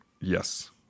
yes